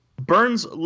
Burns